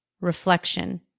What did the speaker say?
reflection